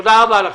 תודה רבה לכם.